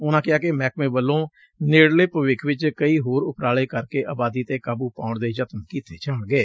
ਉਨਾਂ ਕਿਹਾ ਕਿ ਮਹਿਕਮੇ ਵੱਲੋਂ ਨੇੜਲੇ ਭਵਿੱਖ ਵਿਚ ਕਈ ਹੋਰ ਉਪਰਾਲੇ ਕਰਕੇ ਆਬਾਦੀ ਤੇ ਕਾਬ ਪਾਉਣ ਦੇ ਯਤਨ ਕੀਤੇ ਜਾਣਗੇ